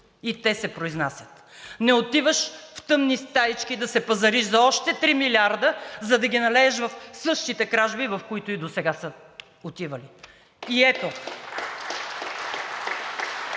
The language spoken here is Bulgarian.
и те се произнасят. Не отиваш в тъмни стаички да се пазариш за още три милиарда, за да ги налееш в същите кражби, в които и досега са отивали. (Ръкопляскания